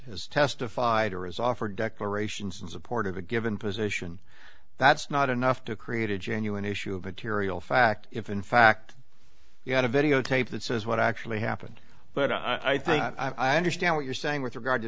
has testified or is offered declarations in support of the given position that's not enough to create a genuine issue of material fact if in fact you had a videotape that says what actually happened but i think i understand what you're saying with regard to